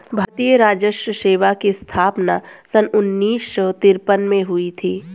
भारतीय राजस्व सेवा की स्थापना सन उन्नीस सौ तिरपन में हुई थी